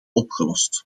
opgelost